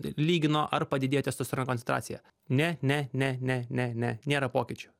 lygino ar padidėjo testosterono koncentracija ne ne ne ne ne ne nėra pokyčių